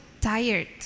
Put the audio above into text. tired